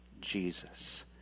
Jesus